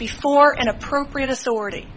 before an appropriate authority